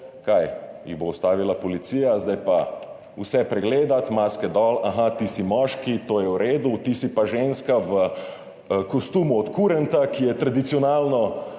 Kaj, jih bo ustavila policija, zdaj pa vse pregledati, maske dol, aha, ti si moški, to je v redu, ti si pa ženska v kostumu kurenta, ki je tradicionalno